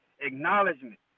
acknowledgement